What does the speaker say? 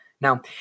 Now